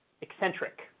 eccentric